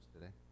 today